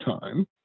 time